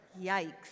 Yikes